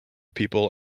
people